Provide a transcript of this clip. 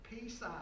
peace